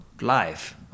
life